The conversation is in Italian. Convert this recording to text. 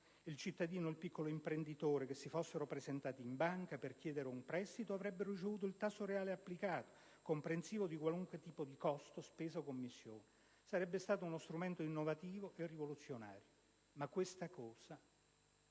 Il cittadino o il piccolo imprenditore che si fossero presentati in banca per chiedere un prestito avrebbero ricevuto il tasso reale applicato, comprensivo di qualunque tipo di costo, spesa o commissione. Sarebbe stato uno strumento innovativo e rivoluzionario, ma questa cosa